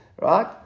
right